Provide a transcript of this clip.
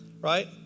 Right